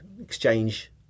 exchange